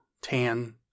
tan